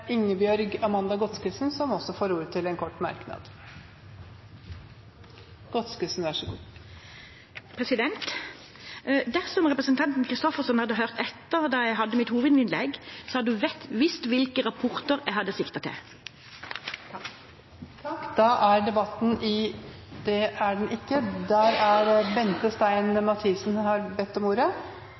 Ingebjørg Amanda Godskesen har hatt ordet to ganger tidligere og får ordet til en kort merknad, begrenset til 1 minutt. Dersom representanten Christoffersen hadde hørt etter da jeg hadde mitt hovedinnlegg, hadde hun visst hvilke rapporter jeg siktet til. Flere har ikke bedt om ordet til sak nr. 1. Etter at det var ringt til votering, uttalte Da er